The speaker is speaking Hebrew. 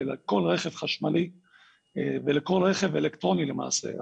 אלא לכל רכב חשמלי ולכל רכב אלקטרוני למעשה.